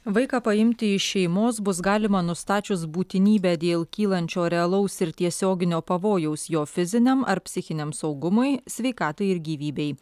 vaiką paimti iš šeimos bus galima nustačius būtinybę dėl kylančio realaus ir tiesioginio pavojaus jo fiziniam ar psichiniam saugumui sveikatai ir gyvybei